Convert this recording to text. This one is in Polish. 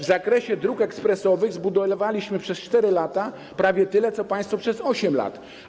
W zakresie dróg ekspresowych zbudowaliśmy przez 4 lata prawie tyle, co państwo przez 8 lat.